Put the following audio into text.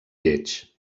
lleig